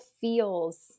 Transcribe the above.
feels